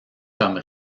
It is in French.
comme